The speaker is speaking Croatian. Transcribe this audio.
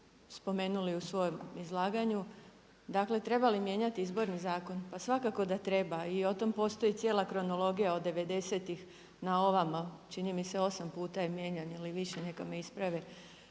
spomenuli u svojem izlaganju. Dakle, treba li mijenjati Izborni zakon? Pa svakako da treba. I o tom postoji cijela kronologija od '90-ih na ovamo, čini mi se osam puta je mijenjan ili više, neka me isprave